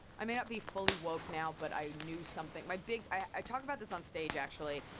i may not be fully woke now, but i knew something my big i talk about this on stage actually.